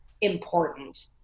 important